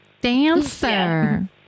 Dancer